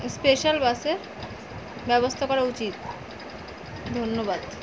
special বাসে ব্যবস্থা করা উচিত ধন্যবাদ